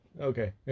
Okay